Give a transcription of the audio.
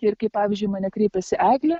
ir kaip pavyzdžiui į mane kreipiasi egle